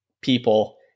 people